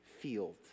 field